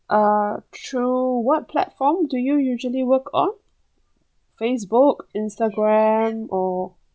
uh through what platform do you usually work on Facebook Instagram or